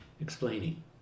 explaining